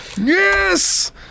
Yes